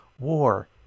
War